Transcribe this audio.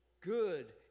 good